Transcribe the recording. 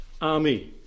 army